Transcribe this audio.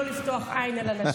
בפער.